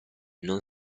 non